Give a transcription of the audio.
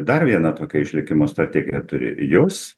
dar vieną tokią išlikimo strategiją turi jos